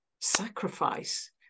sacrifice